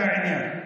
זה העניין.